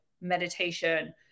meditation